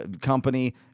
company